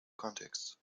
contexts